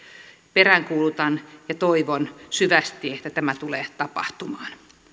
peräänkuulutan ja toivon syvästi että tämä tulee tapahtumaan